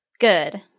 Good